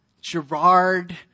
Gerard